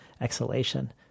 Exhalation